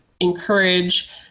encourage